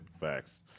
Facts